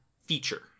feature